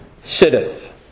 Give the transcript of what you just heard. sitteth